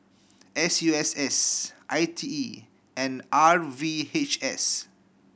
S U S S I T E and R V H S